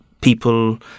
people